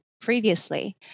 previously